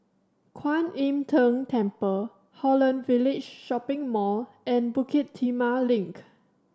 Kwan Im Tng Temple Holland Village Shopping Mall and Bukit Timah Link